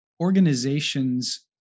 organizations